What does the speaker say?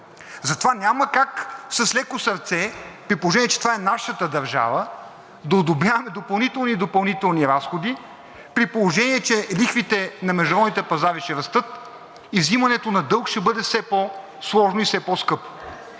Затова няма как с леко сърце, при положение че това е нашата държава, да одобряваме допълнителни и допълнителни разходи, при положение че лихвите на международните пазари ще растат и взимането на дълг ще бъде все по-сложно и все по-скъпо.